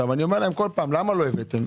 אני אומר להם: למה לא הבאתם?